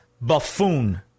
buffoon